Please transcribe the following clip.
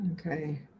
Okay